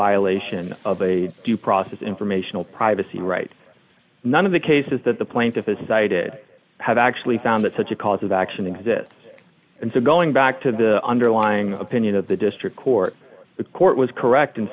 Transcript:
violation of a due process informational privacy rights none of the cases that the plaintiff has cited have actually found that such a cause of action exists and so going back to the underlying opinion of the district court the court was correct in